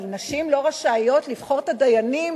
אבל נשים לא רשאיות לבחור את הדיינים